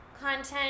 content